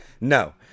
No